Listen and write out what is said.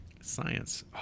Science